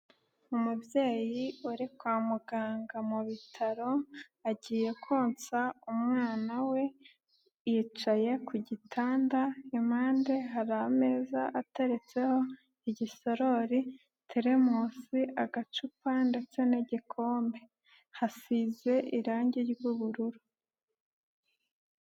Umubyeyi uri kwa muganga mu bitaro, agiye konsa umwana we, yicaye ku gitanda, impande hari ameza ateretseho igisarori, teremosi, agacupa ndetse n'igikombe. Hasize irangi ry'ubururu.